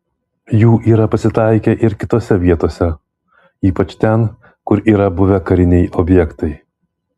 jų yra pasitaikę ir kitose vietose ypač ten kur yra buvę kariniai objektai